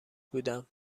بودم